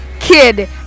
kid